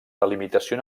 delimitació